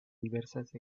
diversas